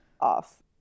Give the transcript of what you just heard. off